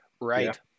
right